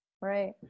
right